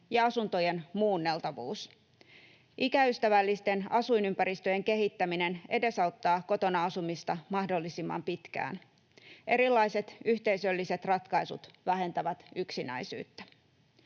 ja asuntojen muunneltavuus. Ikäystävällisten asuinympäristöjen kehittäminen edesauttaa kotona asumista mahdollisimman pitkään. Erilaiset yhteisölliset ratkaisut vähentävät yksinäisyyttä.